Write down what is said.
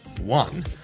one